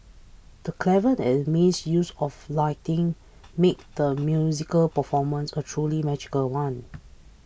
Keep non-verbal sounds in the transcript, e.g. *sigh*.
the clever and amazing use of lighting made the musical performance a truly magical one *noise*